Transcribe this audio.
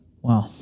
Wow